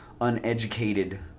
uneducated